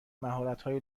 مهارتهای